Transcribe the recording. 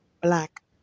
black